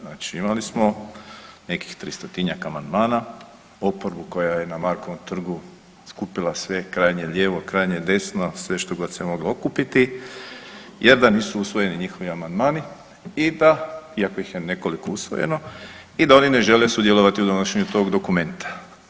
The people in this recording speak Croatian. Znači imali smo nekih 300-tinjak amandmana, oporbu koja je na Markovom trgu skupila sve krajnje lijevo, krajnje desno, sve što god se moglo okupiti jer da nisu usvojeni njihovi amandmani i da iako ih je nekoliko usvojeno i da oni ne žele sudjelovati u donošenju tog dokumenta.